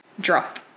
drop